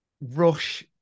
Rush